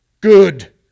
good